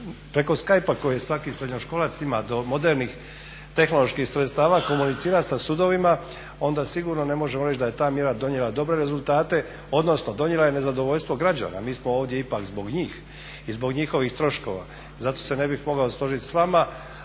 preko skypea koji svaki srednjoškolac ima do modernih tehnoloških sredstava komunicirati sa sudovima, onda sigurno ne možemo reći da je ta mjera donijela dobre rezultate odnosno donijela je nezadovoljstvo građana. Mi smo ovdje ipak zbog njih i zbog njihovih troškova. Zato se ne bih mogao složiti s vama.